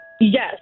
Yes